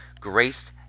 grace